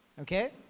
okay